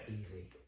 easy